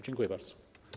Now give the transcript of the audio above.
Dziękuję bardzo.